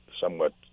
somewhat